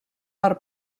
per